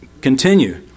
continue